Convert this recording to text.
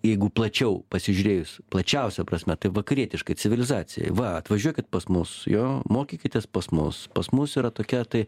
jeigu plačiau pasižiūrėjus plačiausia prasme tai vakarietiškai civilizacija va atvažiuokit pas mus jo mokykitės pas mus pas mus yra tokia tai